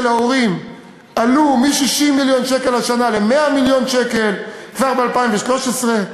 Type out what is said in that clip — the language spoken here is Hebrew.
ההורים עלה מ-60 מיליון ש"ח השנה ל-100 מיליון ש"ח כבר ב-2013,